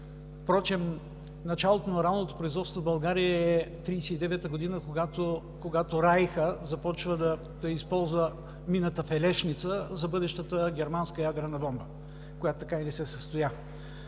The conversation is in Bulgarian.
Впрочем, началото на урановото производство в България е 1939 г., когато Райхът започва да използва мината в Елешница за бъдещата германска ядрена бомба, която така и не се състоя.